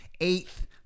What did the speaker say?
eighth